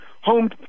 home